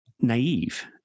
naive